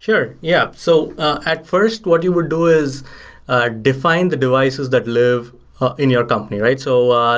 sure. yeah. so at first, what you would do is ah define the devices that live in your company, right? so